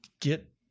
get